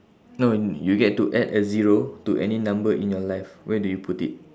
no you get to add a zero to any number in your life where do you put it